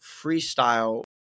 freestyle